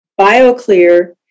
BioClear